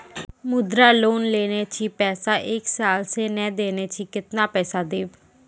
मुद्रा लोन लेने छी पैसा एक साल से ने देने छी केतना पैसा देब?